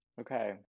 okay